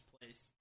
place